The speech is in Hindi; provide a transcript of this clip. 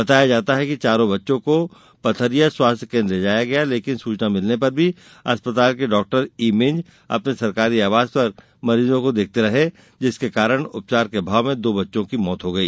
बताया जाता है कि चारों बच्चों को पथरिया स्वास्थ्य केन्द्र लाया गया लेकिन सूचना मिलने पर भी अस्पताल के डॉक्टर अपने सरकारी आवास पर मरीजों को देखते रहे जिसके कारण उपचार के अभाव में दो बच्चों की मौत हो गई